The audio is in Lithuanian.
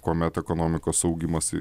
kuomet ekonomikos augimas